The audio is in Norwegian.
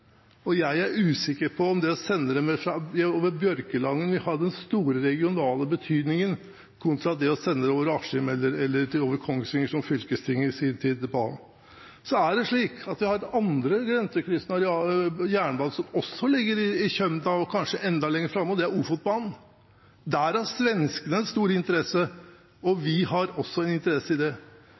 Norge. Jeg er usikker på om det å sende det over Bjørkelangen vil ha den store regionale betydningen kontra det å sende det over Askim eller over Kongsvinger, som fylkestinget i sin tid ba om. Så har vi andre grensekryssende jernbaner som er i kjømda, og kanskje enda lenger fram, og det er Ofotbanen. Der har svenskene en stor interesse, og vi har også en interesse i det.